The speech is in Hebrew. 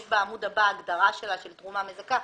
יש בעמוד הבא הגדרה שלה, של תרומה מזכה.